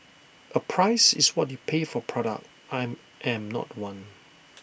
A 'price' is what you pay for product I am not one